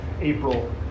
april